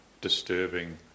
disturbing